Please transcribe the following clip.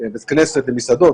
בית כנסת למסעדות,